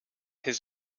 his